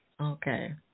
okay